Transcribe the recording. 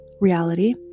reality